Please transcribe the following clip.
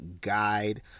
guide